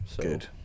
Good